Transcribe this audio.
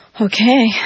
Okay